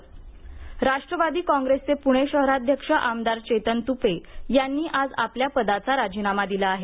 तुपे राजीनामा राष्ट्रवादी काँग्रेसचे प्रणे शहराध्यक्ष आमदार चेतन तुपे यांनी आज आपल्या पदाचा राजीनामा दिला आहे